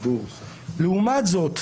לעומת זאת,